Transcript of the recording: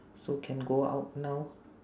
so can go out now